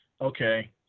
okay